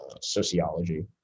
sociology